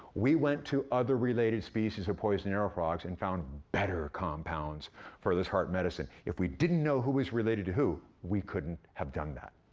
we went to other related species of poison arrow frogs and found better compounds for this heart medicine. if we didn't know who was related to who, we couldn't have done that.